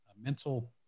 mental